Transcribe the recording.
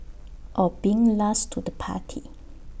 or being last to the party